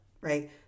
right